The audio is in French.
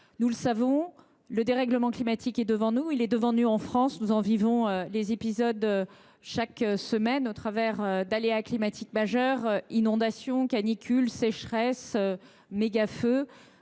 Nous le savons, le dérèglement climatique est devant nous : en France, nous en vivons les épisodes chaque semaine au travers d’aléas climatiques majeurs : inondations, canicules, sécheresses ou mégafeux.